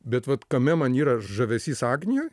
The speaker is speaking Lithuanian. bet vat kame man yra žavesys agnijoj